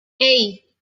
hey